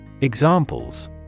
Examples